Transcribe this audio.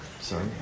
Sorry